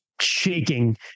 shaking